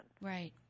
Right